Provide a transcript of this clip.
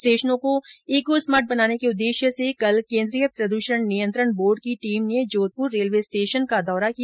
स्टेशनों को eco smart बनाने के उददेश्य से कल केन्द्रीय प्रद्षण नियंत्रण बोर्ड की टीम ने जोधपुर रेलवे स्टेशन का दौरा किया